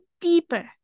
deeper